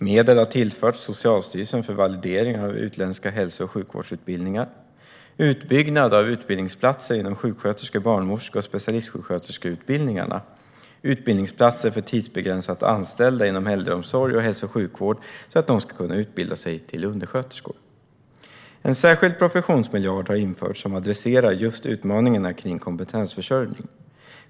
Medel har tillförts Socialstyrelsen för validering av utländska hälso och sjukvårdsutbildningar. Utbyggnad av utbildningsplatser inom sjuksköterske-, barnmorske och specialistsjuksköterskeutbildningarna. Utbildningsplatser för tidsbegränsat anställda inom äldreomsorg och hälso och sjukvård, så att de ska kunna utbilda sig till undersköterskor. En särskild professionsmiljard har införts som adresserar just utmaningarna kring kompetensförsörjning.